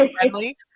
friendly